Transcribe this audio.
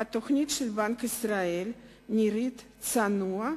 התוכנית של בנק ישראל נראית צנועה,